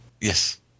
Yes